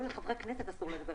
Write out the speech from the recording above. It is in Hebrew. דוד,